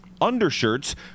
undershirts